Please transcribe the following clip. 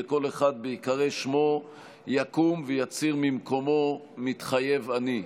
וכל אחד בהיקרא שמו יקום ויצהיר ממקומו: "מתחייב אני"